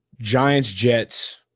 Giants-Jets